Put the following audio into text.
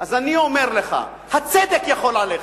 אז אני אומר לך: הצדק יכול עליך.